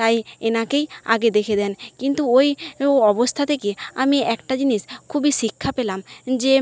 তাই এনাকেই আগে দেখে দেন কিন্তু ওই অবস্থা দেখে আমি একটা জিনিস খুবই শিক্ষা পেলাম যে